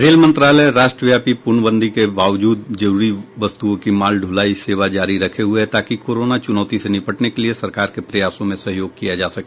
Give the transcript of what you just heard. rail मंत्रालय राष्ट्रव्यापी पूर्णबंदी के बावजूद जरूरी वस्तुओं की माल ढुलाई सेवा जारी रखे हुए है ताकि कोरोना चुनौती से निपटने के लिए सरकार के प्रयासों में सहयोग किया जा सके